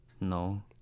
no